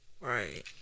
Right